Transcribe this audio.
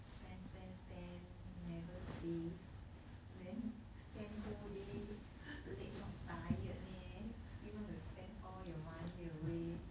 spend spend spend never save then stand whole day leg not tired meh still want to spend all your money away